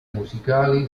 musicali